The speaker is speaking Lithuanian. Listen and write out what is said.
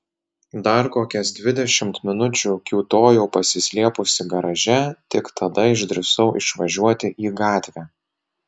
dar kokias dvidešimt minučių kiūtojau pasislėpusi garaže tik tada išdrįsau išvažiuoti į gatvę